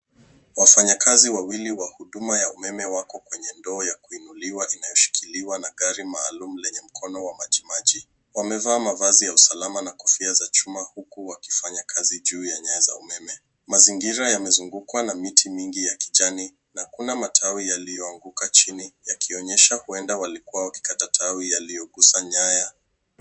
Wafanyakazi wawili wa huduma ya umeme wako kwenye ndoo ya kuinuliwa inayoshikiliwa na gari maalum lenye mkono wa maji maji. Wamevaa mavazi ya usalama na kofia za chuma huku wakifanya kazi juu ya nyaya za umeme. Mazingira yamezungukwa miti mingi ya kijani na kuna matawi yaliyoanguka chini yakionyesha huenda walikuwa wakikata tawi yaliyoguza nyaya.